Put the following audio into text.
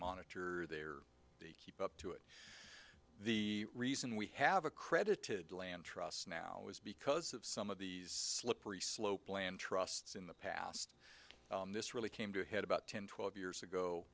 monitor their keep up to it the reason we have accredited land trusts now is because of some of these slippery slope land trusts in the past this really came to a head about ten twelve years ago